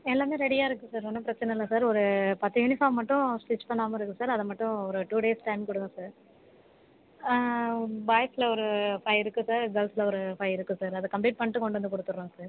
எல்லாமே ரெடியாக இருக்குது சார் ஒன்றும் பிரச்சினை இல்லை சார் ஒரு பத்து யூனிஃபார்ம் மட்டும் ஸ்டிச் பண்ணாமல் இருக்குது சார் அதை மட்டும் ஒரு டூ டேஸ் டைம் கொடுங்க சார் பாய்ஸ்சில் ஒரு ஃபைவ் இருக்குது சார் கேள்ஸ்சில் ஒரு ஃபைவ் இருக்குது சார் அதை கம்ப்ளீட் பண்ணிட்டு கொண்டு வந்து கொடுத்துட்றோம் சார்